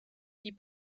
die